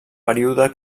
període